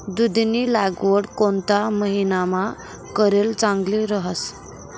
दुधीनी लागवड कोणता महिनामा करेल चांगली रहास